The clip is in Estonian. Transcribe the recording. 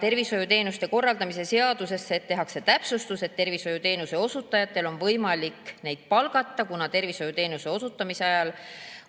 tervishoiuteenuste korraldamise seadusesse tehakse täpsustus, et tervishoiuteenuse osutajatel on võimalik neid palgata, kuna tervishoiuteenuse osutamise ajal